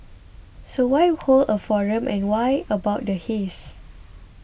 so why hold a forum and why about the haze